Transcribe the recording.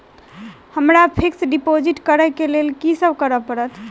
हमरा fix deposit करऽ केँ लेल की सब करऽ पड़त?